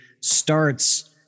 starts